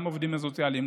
גם בעובדים סוציאליים,